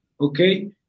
okay